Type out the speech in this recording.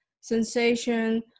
sensation